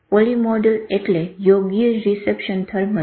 polymodal એટલે યોગ્ય reception thermal